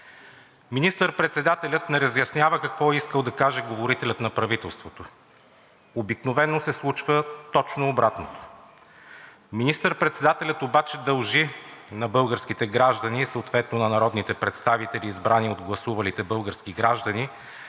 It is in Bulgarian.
Министър-председателят не разяснява какво е искал да каже говорителят на правителството, а обикновено се случва точно обратното. Министър-председателят обаче дължи на българските граждани и съответно на народните представители, избрани от гласувалите български граждани,